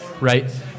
Right